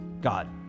God